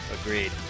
Agreed